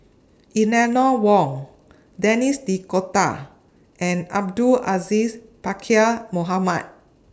Eleanor Wong Denis D'Cotta and Abdul Aziz Pakkeer Mohamed